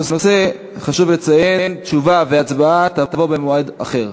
הנושא חשוב לציין, תשובה והצבעה יהיו במועד אחר.